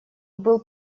был